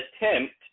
attempt